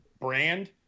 brand